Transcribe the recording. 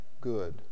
good